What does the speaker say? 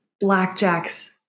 blackjack's